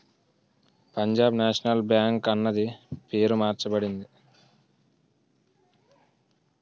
Punjab national bank అన్నది పేరు మార్చబడింది